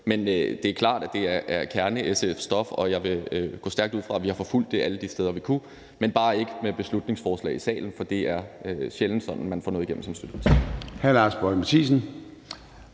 Men det er klart, at det er SF-kernestof, og jeg vil gå stærkt ud fra, at vi har forfulgt det alle de steder, hvor vi kunne – men bare ikke med beslutningsforslag i salen, for det er sjældent sådan, man får noget igennem som støtteparti.